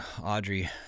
Audrey